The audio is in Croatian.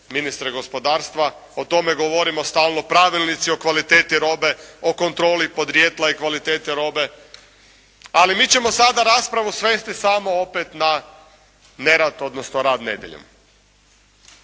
ministre gospodarstva, o tome govorimo stalno, pravilnici o kvaliteti robe, o kontroli podrijetla i kvaliteti robe. Ali mi ćemo sada raspravu svesti samo opet na nerad odnosno rad nedjeljom.